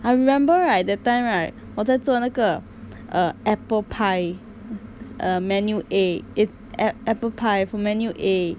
I remember right that time right 我在做那个 err apple pie menu A it's ap~ apple pie for menu A